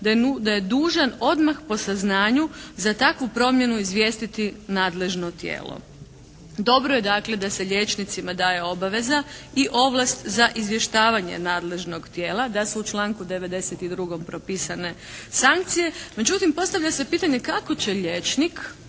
da je dužan odmah po saznanju za takvu promjenu izvijestiti nadležno tijelo. Dobro je dakle da se liječnicima daje obaveza i ovlast za izvještavanje nadležnog tijela. Da su u članku 92. propisane sankcije. Međutim, postavlja se pitanje kako će liječnik